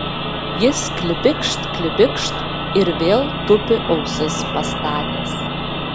jis klibikšt klibikšt ir vėl tupi ausis pastatęs